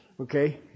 Okay